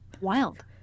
Wild